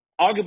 arguably